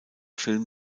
film